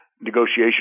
negotiation